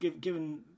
given